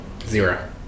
Zero